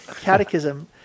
catechism